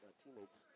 teammates